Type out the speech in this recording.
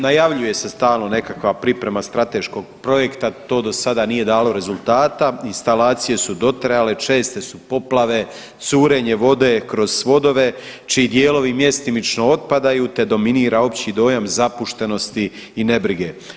Najavljuje se stalno nekakva priprema strateškog projekta, to do sada nije dalo rezultata, instalacije su dotrajale, česte su poplave, curenje vode kroz svodove čiji dijelovi mjestimično otpadaju te dominira opći dojam zapuštenosti i nebrige.